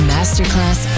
Masterclass